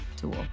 tool